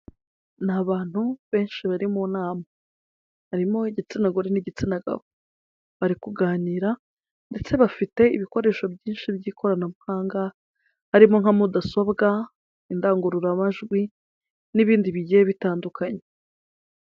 Ni abantu benshi bari mu nama, barimo igitsina gore n'igitsina gabo, bari kuganira ndetse bafite ibikoresho byinshi by'ikoranabuhanga harimo nka mudasobwa, indangururamajwi n'ibindi bigiye bitandukanye.